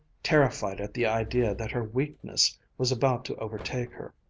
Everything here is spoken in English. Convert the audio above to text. terrified at the idea that her weakness was about to overtake her.